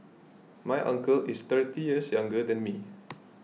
my uncle is thirty years younger than me